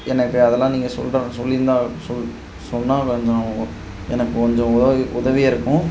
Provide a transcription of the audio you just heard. எனக்கு அதெல்லாம் நீங்கள் சொல்றேன் சொல்லியிருந்தா சொ சொன்னால் கொஞ்சம் எனக்கு கொஞ்சம் உதவி உதவியாக இருக்கும்